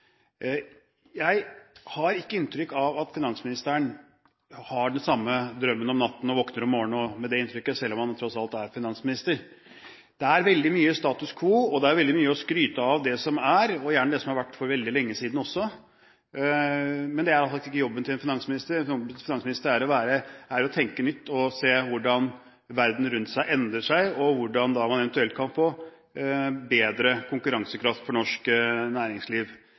Jeg har ikke inntrykk av at finansministeren har den samme drømmen om natten og våkner om morgenen med dette inntrykket, selv om han tross alt er finansminister. Det er veldig mye status quo, og det er veldig mye skryt av det som er, og gjerne også det som har vært for veldig lenge siden, men det er i alle fall ikke jobben til en finansminister. Jobben til en finansminister er å tenke nytt og se hvordan verden rundt oss endrer seg, og hvordan man eventuelt kan få bedre konkurransekraft for norsk næringsliv.